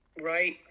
Right